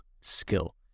skill